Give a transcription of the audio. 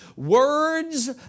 Words